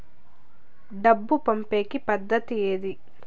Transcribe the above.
డబ్బు పంపేకి పద్దతి ఏది